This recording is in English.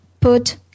put